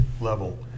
level